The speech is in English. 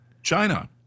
China